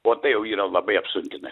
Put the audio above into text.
o tai jau yra labai apsunkina